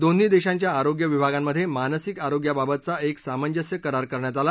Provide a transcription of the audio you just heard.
दोन्ही देशांच्या आरोग्य विभागांमध्ये मानसिक आरोग्याबाबतचा एक सामंजस्य करार करण्यात आला